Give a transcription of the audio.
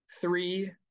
three